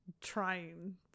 trying